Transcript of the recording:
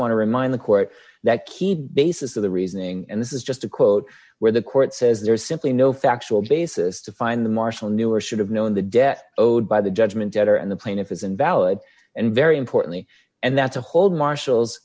want to remind the court that key basis of the reasoning in this is just a quote where the court says there's simply no factual basis to find the marshal knew or should have known the debt owed by the judgment debtor and the plaintiff is invalid and very importantly and that's a whole marshals